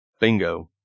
Bingo